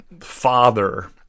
father